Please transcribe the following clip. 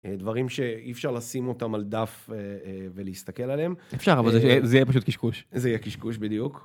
דברים שאי אפשר לשים אותם על דף ולהסתכל עליהם. אפשר, אבל זה יהיה פשוט קשקוש. זה יהיה קשקוש בדיוק.